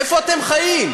איפה אתם חיים?